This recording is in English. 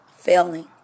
failing